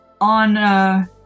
on